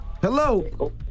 Hello